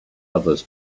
others